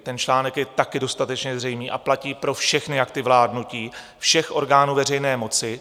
Ten článek je taky dostatečně zřejmý a platí pro všechny akty vládnutí všech orgánů veřejné moci.